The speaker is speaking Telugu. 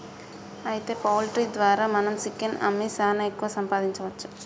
అయితే పౌల్ట్రీ ద్వారా మనం చికెన్ అమ్మి సాన ఎక్కువ సంపాదించవచ్చు